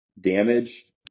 damage